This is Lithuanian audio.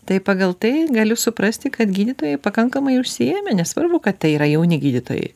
tai pagal tai galiu suprasti kad gydytojai pakankamai užsiėmę nesvarbu kad tai yra jauni gydytojai